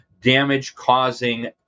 damage-causing